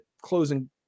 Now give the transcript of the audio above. closing